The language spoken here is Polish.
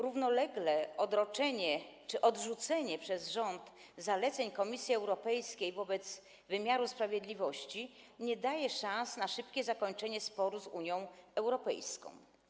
Równolegle odroczenie realizacji czy odrzucenie przez rząd zaleceń Komisji Europejskiej wobec wymiaru sprawiedliwości nie daje szans na szybkie zakończenie sporu z Unią Europejską.